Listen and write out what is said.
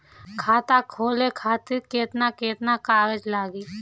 खाता खोले खातिर केतना केतना कागज लागी?